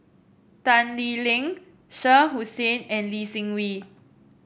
Tan Lee Leng Shah Hussain and Lee Seng Wee